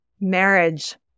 Marriage